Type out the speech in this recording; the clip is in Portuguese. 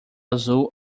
azul